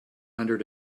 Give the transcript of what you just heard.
hundred